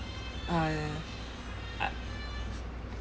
ah I~